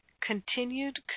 continued